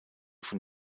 von